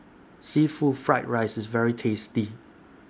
Seafood Fried Rice IS very tasty